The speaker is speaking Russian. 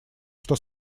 что